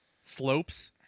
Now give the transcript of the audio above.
slopes